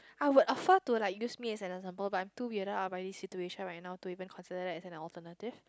I would offer to like use me as an example but I'm too weird out now by this situation right now to even considered that as an alternative